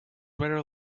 very